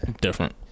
different